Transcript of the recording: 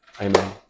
amen